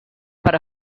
per